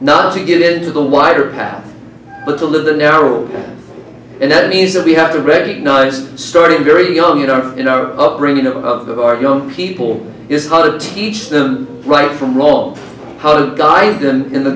not to get into the wider path but to live the narrow and that means that we have to recognize starting very young in our in our upbringing of our young people is how to teach them right from wrong how to guide them in the